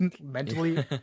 mentally